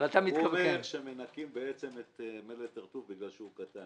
הוא אומר שמנכים בעצם את "מלט הר-טוב" בגלל שהוא קטן.